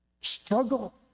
struggle